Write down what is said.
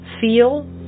feel